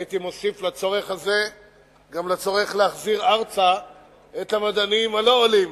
הייתי מוסיף לצורך הזה גם את הצורך להחזיר ארצה את המדענים הלא-עולים,